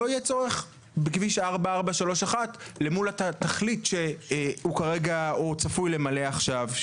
לא יהיה צורך בכביש 4431 למול התכלית שהוא כרגע צפוי למלא עכשיו.